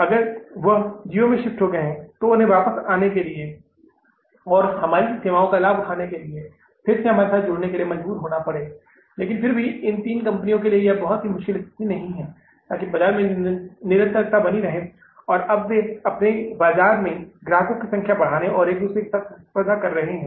अगर वहाँ Jio में शिफ्ट हो गए तो उन्हें वापस आने के लिए और हमारी सेवाओं का लाभ उठाने के लिए फिर से हमारे साथ जुड़ने के लिए मजबूर होना पड़ेगा लेकिन फिर भी इन तीन कंपनियों के लिए यह बहुत मुश्किल स्थिति नहीं है ताकि बाजार में निरंतरता बनी रहे और अब वे अपने बाजार में ग्राहकों की संख्या बढ़ाने में एक दूसरे के साथ प्रतिस्पर्धा कर रहे है